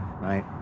right